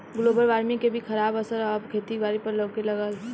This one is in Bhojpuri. ग्लोबल वार्मिंग के भी खराब असर अब खेती बारी पर लऊके लगल बा